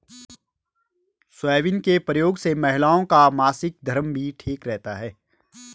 soybean के प्रयोग से महिलाओं का मासिक धर्म भी ठीक रहता है